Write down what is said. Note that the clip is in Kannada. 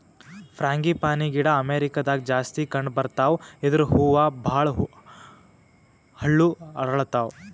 ಫ್ರಾಂಗಿಪನಿ ಗಿಡ ಅಮೇರಿಕಾದಾಗ್ ಜಾಸ್ತಿ ಕಂಡಬರ್ತಾವ್ ಇದ್ರ್ ಹೂವ ಭಾಳ್ ಹಳ್ಳು ಅರಳತಾವ್